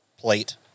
plate